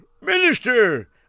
Minister